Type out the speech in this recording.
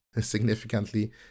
significantly